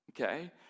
Okay